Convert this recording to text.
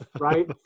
right